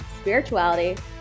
spirituality